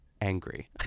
angry